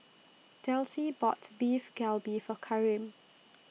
Delcie bought Beef Galbi For Karim